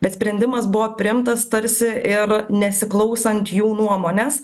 bet sprendimas buvo priimtas tarsi ir nesiklausant jų nuomonės